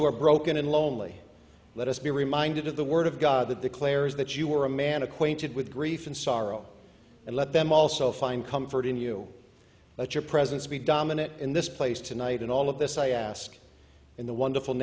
who are broken and lonely let us be reminded of the word of god declares that you are a man acquainted with grief and sorrow and let them also find comfort in you let your presence be dominant in this place tonight in all of this i ask in the wonderful